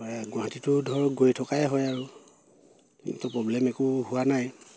হয় গুৱাহাটীটো ধৰক গৈ থকাই হয় আৰু কিন্তু প্ৰ'ব্লেম একো হোৱা নাই